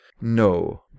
No